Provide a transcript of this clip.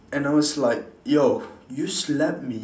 and I was like yo you slapped me